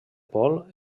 pol